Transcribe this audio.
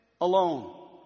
alone